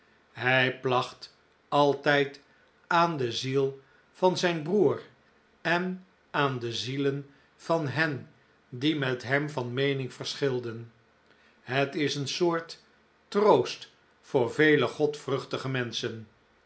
hij dacht altijd aan de ziel van zijn broer en aan de zielen van hen die met hem van meening verschilden het is een soort troost voor vele godvruchtige menschen